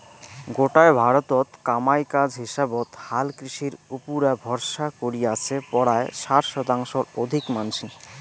গোটায় ভারতত কামাই কাজ হিসাবত হালকৃষির উপুরা ভরসা করি আছে পরায় ষাট শতাংশর অধিক মানষি